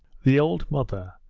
the old mother,